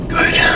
Good